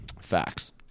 facts